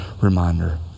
reminder